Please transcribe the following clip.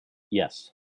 yes